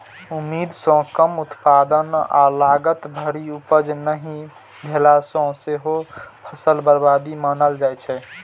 उम्मीद सं कम उत्पादन आ लागत भरि उपज नहि भेला कें सेहो फसल बर्बादी मानल जाइ छै